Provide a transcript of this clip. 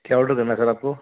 کیا آڈر دینا ہے سر آپ کو